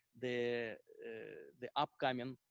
the the upcoming